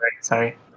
sorry